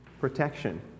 Protection